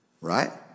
Right